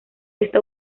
está